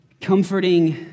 comforting